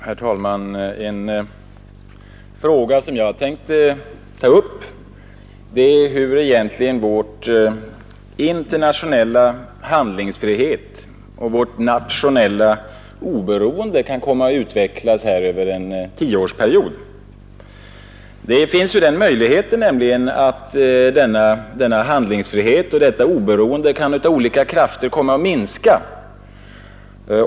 Herr talman! En fråga som jag tänkte ta upp är hur vår internationella handlingsfrihet och vårt nationella oberoende egentligen kan komma att utvecklas över en tioårsperiod. Det finns nämligen den möjligheten att denna handlingsfrihet och detta oberoende genom olika krafter kan komma att minska.